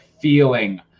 feeling